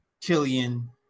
Killian